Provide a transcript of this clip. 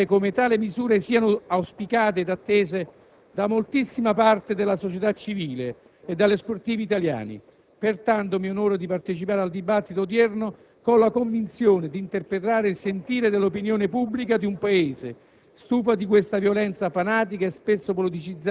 Già nel mio precedente intervento ebbi a dichiarare come tali misure siano auspicate e attese da moltissima parte della società civile e dagli sportivi italiani. Pertanto, mi onoro di partecipare al dibattito odierno con la convinzione di interpretare il sentire dell'opinione pubblica di un Paese,